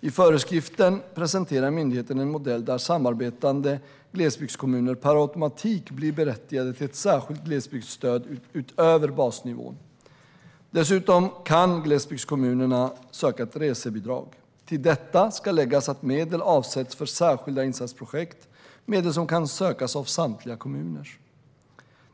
I föreskrifterna presenterar myndigheten en modell där samarbetande glesbygdskommuner per automatik blir berättigade till ett särskilt glesbygdsstöd utöver basnivån. Dessutom kan glesbygdskommunerna söka ett resebidrag. Till detta ska läggas att medel, som kan sökas av samtliga kommuner, avsätts för särskilda insatsprojekt.